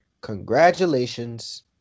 Congratulations